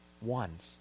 ones